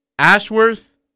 Ashworth